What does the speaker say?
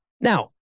Now